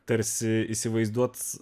tarsi įsivaizduoti